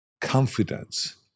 confidence